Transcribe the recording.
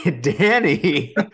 Danny